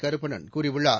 கருப்பண்ணன் கூறியுள்ளார்